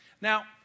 Now